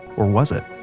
or was it?